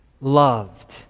loved